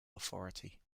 authority